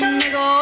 nigga